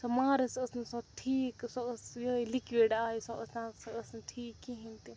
سۄ مارٕس ٲس نہٕ سۄ ٹھیٖک سۄ ٲس یِہٲے لِکوِڈ آیہِ سۄ ٲس نہٕ اصٕل سۄ ٲس نہٕ ٹھیٖک کِہیٖنۍ تہِ